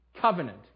Covenant